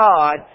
God